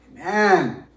Amen